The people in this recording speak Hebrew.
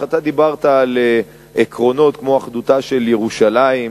אתה דיברת על עקרונות כמו אחדותה של ירושלים,